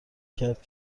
کرد